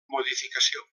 modificació